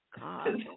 God